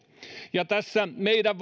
tässä meidän